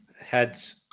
Heads